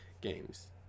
games